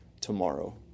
tomorrow